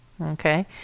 Okay